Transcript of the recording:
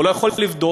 הוא לא יכול לבדוק,